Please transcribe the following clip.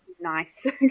Nice